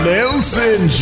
Nelson